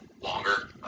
longer